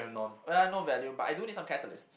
oh ya no value but I do need some catalyst